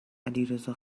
علیرضا